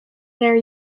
their